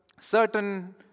certain